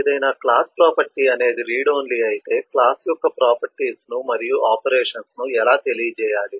ఏదైనా class property అనేది read only అయితే క్లాస్ యొక్క ప్రాపర్టీస్ ను మరియు ఆపరేషన్స్ ను ఎలా తెలియజేయాలి